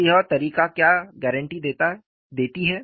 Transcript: तो यह तरीका क्या गारंटी देती है